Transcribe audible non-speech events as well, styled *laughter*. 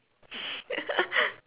*laughs*